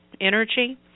energy